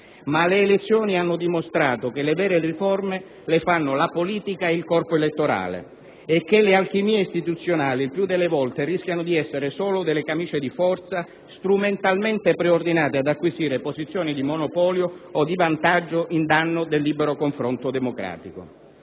ma le elezioni hanno dimostrato che le vere riforme le fanno la politica e il corpo elettorale e che le alchimie istituzionali, il più delle volte, rischiano di essere solo delle camicie di forza strumentalmente preordinate ad acquisire posizioni di monopolio o di vantaggio in danno del libero confronto democratico.